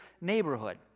neighborhood